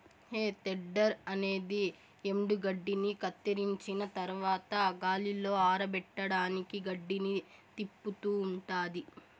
హే tedder అనేది ఎండుగడ్డిని కత్తిరించిన తరవాత గాలిలో ఆరపెట్టడానికి గడ్డిని తిప్పుతూ ఉంటాది